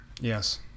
yes